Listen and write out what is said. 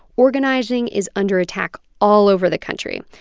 organizing is under attack all over the country.